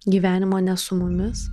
gyvenimo ne su mumis